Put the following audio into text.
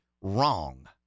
wrong